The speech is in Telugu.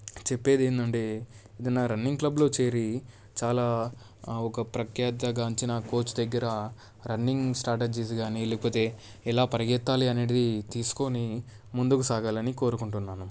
చెప్పేది ఏంటంటే ఏదైనా రన్నింగ్ క్లబ్లో చేరి చాలా ఒక ప్రఖ్యాత గాంచిన కోచ్ దగ్గర రన్నింగ్ స్ట్రాటజీస్ కానీ లేకపోతే ఎలా పరిగెత్తాలి అనేది తీసుకుని ముందుకు సాగాలని కోరుకుంటున్నాను